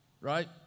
right